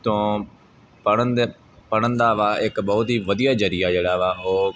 ਤੋਂ ਪੜ੍ਹਨ ਦੇ ਪੜ੍ਹਨ ਦਾ ਵਾ ਇੱਕ ਬਹੁਤ ਹੀ ਵਧੀਆ ਜ਼ਰੀਆ ਜਿਹੜਾ ਵਾ ਉਹ